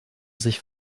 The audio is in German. sich